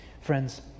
Friends